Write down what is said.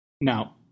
Now